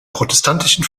protestantischen